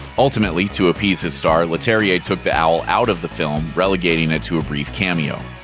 ultimately, to appease his star, leterrier took the owl out of the film, relegating it to a brief cameo.